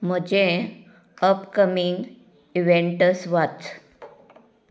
म्हजे upcoming events वाच